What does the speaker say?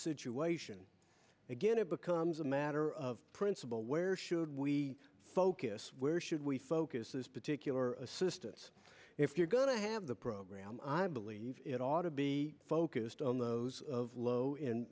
situation again it becomes a matter of principle where should we focus where should we focus is particular assistance if you're going to have the program i believe it ought to be focused on those low